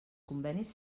convenis